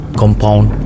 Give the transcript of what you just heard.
compound